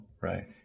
Right